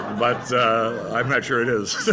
but i'm not sure it is.